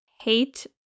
hate